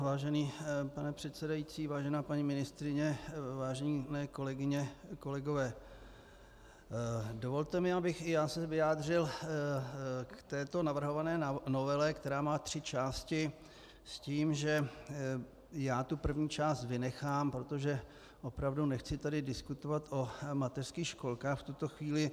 Vážený pane předsedající, vážená paní ministryně, vážené kolegyně i kolegové, dovolte mi, abych i já se vyjádřil k navrhované novele, která má tři části, s tím, že první část vynechám, protože opravdu nechci tady diskutovat o mateřských školkách v tuto chvíli.